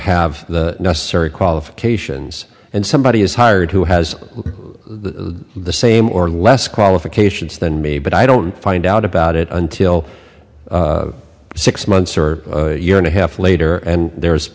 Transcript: have the necessary qualifications and somebody is hired who has the same or less qualifications than me but i don't find out about it until six months or a year and a half later and there's